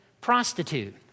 prostitute